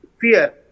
fear